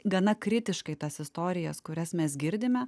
gana kritiškai tas istorijas kurias mes girdime